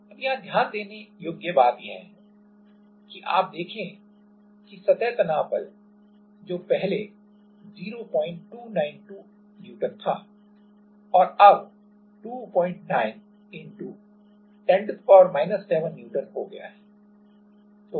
अब यहाँ ध्यान देने योग्य बात यह है कि आप देखें कि सतह तनाव बल जो पहले 0292 N था और अब यह 29×N हो गया है